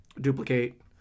duplicate